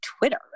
Twitter